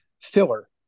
filler